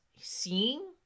seeing